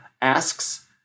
asks